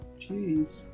Jeez